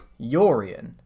Yorian